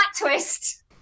twist